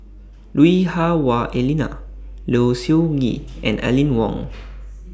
Lui Hah Wah Elena Low Siew Nghee and Aline Wong